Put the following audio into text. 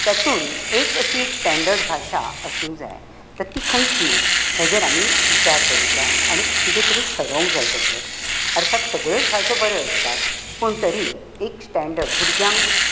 तेतूंत एक अशी एक स्टँडर्ड भाशा आसूंक जाय तर ती खंयची हेचेर आमी विचार करूंक जाय आनी कितें तरी थारावंक जाय तेचेर अर्थात सगळ्योच भाशो बऱ्यो आसतात पूण तरी एक स्टँडर्ड भुरग्यांक